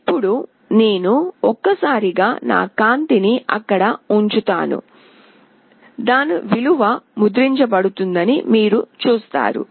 ఇప్పుడు నేను ఒకసారి నా చేతిని అక్కడ ఉంచుతాను దాని విలువ ముద్రించబడుతుందని మీరు చూస్తారు